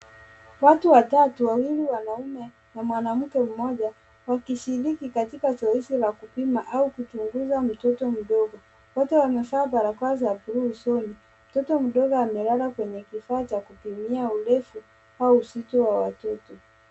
Watu watatu wawili wanaume na mwanamke mmoja wakishiriki katika zoezi la kupima au kuchunguza mtoto mdogo. Wote wamevaa barakoa za bluu usoni. Mtoto mdogo amelala kwenye kifaa cha kupimia urefu au uzito wa watoto.